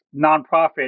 nonprofit